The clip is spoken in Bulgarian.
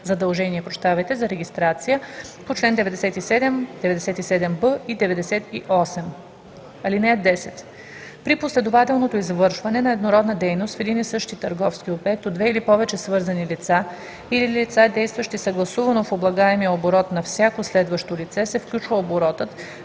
задължение за регистрация по чл. 97, 97б и 98. (10) При последователното извършване на еднородна дейност в един и същи търговски обект от две или повече свързани лица или лица, действащи съгласувано, в облагаемия оборот на всяко следващо лице се включва оборотът,